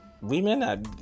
Women